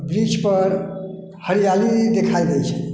वृक्षपर हरिआली देखाइ दै छै